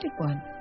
one